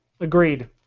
Agreed